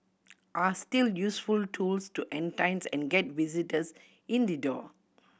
are still useful tools to entice and get visitors in the door